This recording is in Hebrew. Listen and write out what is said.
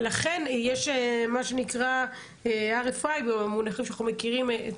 ולכן יש מה שנקרא --- מונחים שאנחנו מכירים,